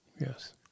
Yes